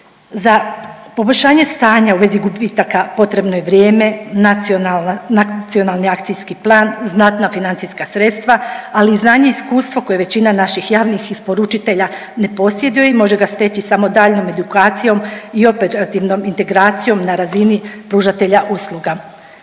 Za poboljšanje stanja u vezi gubitaka potrebno je vrijeme, nacionalna, Nacionalni akcijski plan, znatna financijska sredstva, ali i znanje i iskustvo koje većina naših javnih isporučitelja ne posjeduje i može ga steći samo daljnjom edukcijom i operativnom integracijom na razini pružatelja usluga.